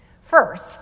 First